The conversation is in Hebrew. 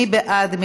מי בעד?